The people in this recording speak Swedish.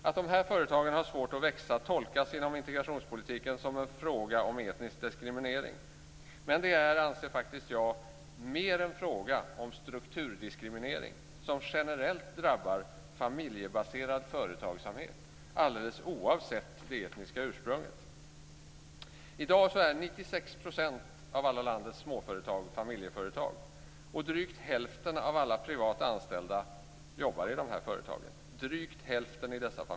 Att de här företagen har svårt att växa tolkas inom integrationspolitiken som en fråga om etnisk diskriminering, men jag anser faktiskt att det mer är en fråga om strukturdiskriminering, som generellt drabbar familjebaserad företagsamhet, alldeles oavsett företagarens etniska ursprung. I dag är 96 % av alla landets småföretag familjeföretag, och drygt hälften av alla privat anställda jobbar i dessa företag.